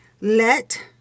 Let